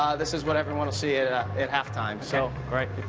this is what everyone will see at ah at half time so great.